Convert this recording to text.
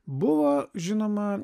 buvo žinoma